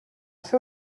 fer